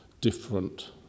different